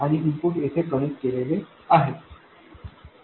आणि इनपुट येथे कनेक्ट केलेले आहे